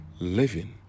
Living